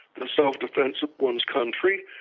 the self defense of ones country.